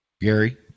Gary